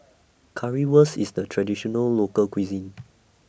Currywurst IS A Traditional Local Cuisine